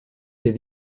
des